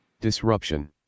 Disruption